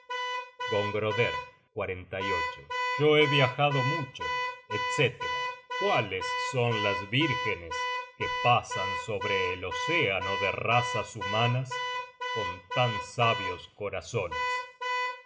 gongroder yo he viajado mucho etc cuáles son las vírgenes que pasan sobre el océano de razas humanas con tan sabios corazones